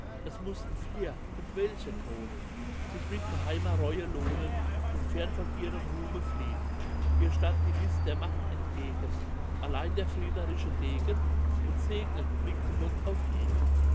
es mussten vier und welche kronen sich mit geheimer reue lohnen und fern von ihrem ruhme fliehn hier stand die list der macht entgegen allein der friederichsche degen und segnend blickte gott auf ihn